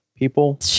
people